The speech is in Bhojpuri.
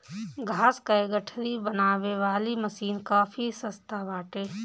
घास कअ गठरी बनावे वाली मशीन काफी सस्ता बाटे